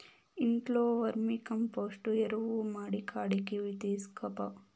ఇంట్లో వర్మీకంపోస్టు ఎరువు మడికాడికి తీస్కపో